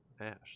ash